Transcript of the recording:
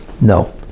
No